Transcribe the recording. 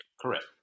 Correct